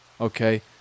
Okay